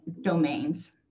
domains